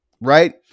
right